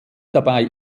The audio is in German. dabei